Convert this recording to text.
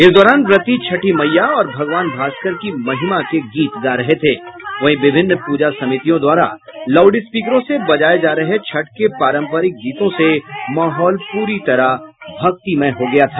इस दौरान व्रती छठी मईया और भगवान भास्कर की महिमा के गीत गा रहे थे वहीं विभिन्न प्रजा समितियों द्वारा लाउडस्पीकरों से बजाये जा रहे छठ के पारंपरिक गीतों से माहौल पूरी तरह भक्तिमय हो गया था